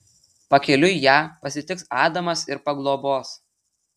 pakeliui ją pasitiks adamas ir paglobos